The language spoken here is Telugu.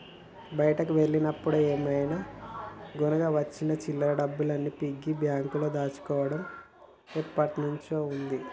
బయటికి వెళ్ళినప్పుడు ఏమైనా కొనగా వచ్చిన చిల్లర డబ్బుల్ని పిగ్గీ బ్యాంకులో దాచుకోడం ఎప్పట్నుంచో ఉన్నాది